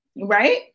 right